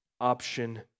option